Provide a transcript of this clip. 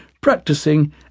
practicing